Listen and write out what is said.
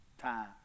time